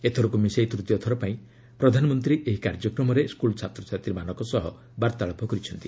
ଏଥରକୁ ମିଶାଇ ତୃତୀୟ ଥର ପାଇଁ ପ୍ରଧାନମନ୍ତ୍ରୀ ଏହି କାର୍ଯ୍ୟକ୍ରମରେ ସ୍କୁଲ ଛାତ୍ରଛାତ୍ରୀମାନଙ୍କ ସହ ବାର୍ତ୍ତାଳାପ କରିଛନ୍ତି